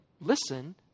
listen